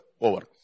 over